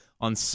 On